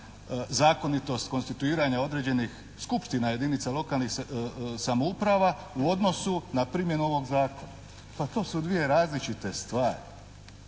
zakonitost konstituiranja određenih skupština jedinica lokalnih samouprava u odnosu na primjenu ovog zakona. Pa to su dvije različite stvari.